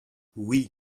oui